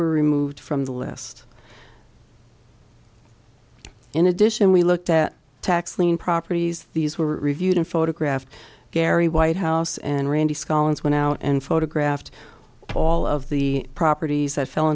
were removed from the list in addition we looked at tax lien properties these were reviewed and photographed gary white house and randy scholars went out and photographed all of the properties that fell